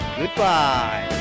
goodbye